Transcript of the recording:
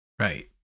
Right